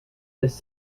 this